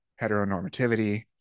heteronormativity